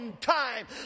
time